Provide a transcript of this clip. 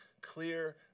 clear